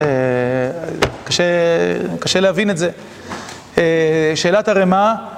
קשה להבין את זה, שאלת הרמ"ה